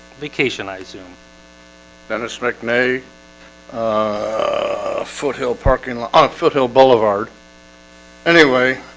vacation i assume venice mcnay a foothill parking lot on foothill boulevard anyway,